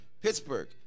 Pittsburgh